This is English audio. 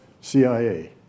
CIA